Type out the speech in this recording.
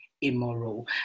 immoral